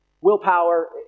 Willpower